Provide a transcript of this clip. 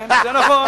כן, זה נכון.